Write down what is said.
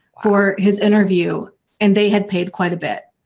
for his interview and they had paid quite a bit,